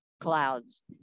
clouds